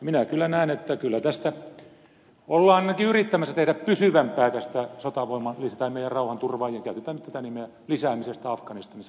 minä kyllä näen että tästä sotavoiman tai meidän rauhanturvaajien käytetään nyt tätä nimeä lisäämisestä afganistanissa ollaan ainakin yrittämässä tehdä pysyvämpää